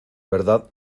verdad